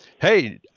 hey